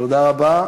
תודה רבה.